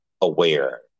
aware